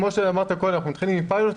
כמו שאמרת קודם שאנחנו מתחילים מפיילוט,